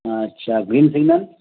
আচ্ছা green signal